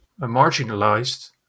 marginalized